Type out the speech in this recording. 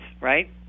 right